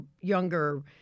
younger